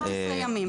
11 ימים.